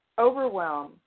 overwhelm